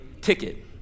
ticket